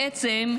בעצם,